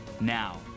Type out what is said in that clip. Now